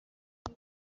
two